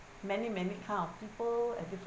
many many kind of people and different